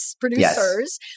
producers